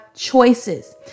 choices